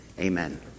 Amen